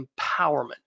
empowerment